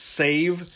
save